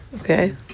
Okay